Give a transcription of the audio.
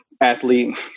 Athlete